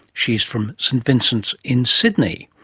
she's from st. vincent's in sydney.